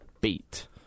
beat